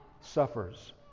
suffers